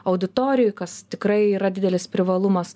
auditorijoj kas tikrai yra didelis privalumas